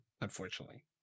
unfortunately